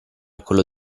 quello